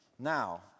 Now